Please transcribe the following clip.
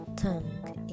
tongue